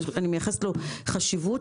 אני מייחסת לחוק חשיבות,